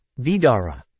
vidara